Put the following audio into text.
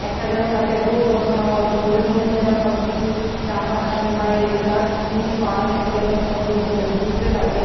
একটা যেন তাতে বোর্ড বসানো হয় সে বোর্ডের মধ্যে যেন সব কিছু জাম্পার টামবার এবারে যা কিছু জিনিস পাওয়া যায় সেগুলো যেন সব ওই বোর্ডের ভিতরে থাকে